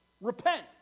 Repent